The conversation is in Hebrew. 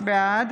בעד